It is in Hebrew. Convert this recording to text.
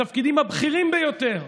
בתפקידים הבכירים ביותר: